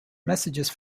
messages